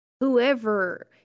whoever